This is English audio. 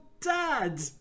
dad